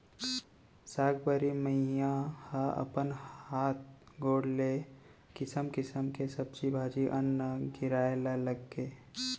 साकंबरी मईया ह अपन हात गोड़ ले किसम किसम के सब्जी भाजी, अन्न गिराए ल लगगे